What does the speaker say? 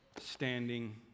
standing